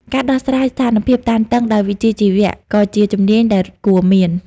ការដោះស្រាយស្ថានភាពតានតឹងដោយវិជ្ជាជីវៈក៏ជាជំនាញដែលគួរមាន។